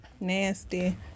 Nasty